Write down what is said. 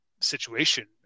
situation